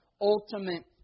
ultimate